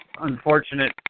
unfortunate